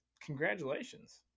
congratulations